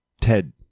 Ted